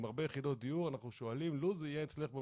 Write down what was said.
הרבה יחידות דיור אנחנו שואלים: לו זה יהיה אצלך,